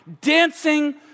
dancing